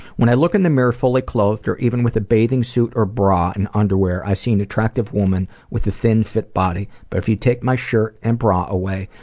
when i look in the mirror fully clothed or even with a bathing suit or bra and underwear i see an atrractive woman with a thin fit body, but if you take my shirt and bra away,